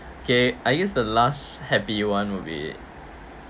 okay I guess the last happy [one] would be